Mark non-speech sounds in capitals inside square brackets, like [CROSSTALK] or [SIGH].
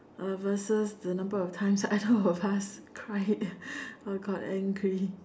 uh versus the numbers of time either of either of us cried [LAUGHS] or got angry